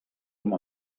com